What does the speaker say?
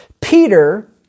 Peter